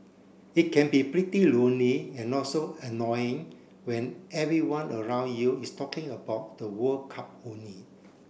it can be pretty lonely and also annoying when everyone around you is talking about the World Cup only